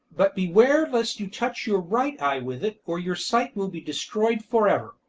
but beware lest you touch your right eye with it, or your sight will be destroyed for ever.